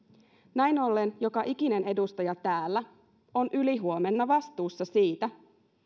näin ollen joka ikinen edustaja täällä on ylihuomenna vastuussa siitä